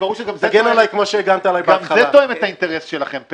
זה ברור שגם זה תואם את האינטרס שלכם.